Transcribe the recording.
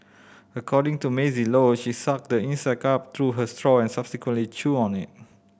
according to Maisie Low she sucked the insect up through her straw and subsequently chewed on it